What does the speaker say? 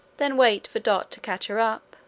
then wait for dot to catch her up,